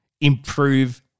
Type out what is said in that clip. improve